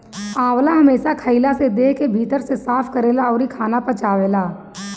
आंवला हमेशा खइला से देह के भीतर से साफ़ करेला अउरी खाना पचावेला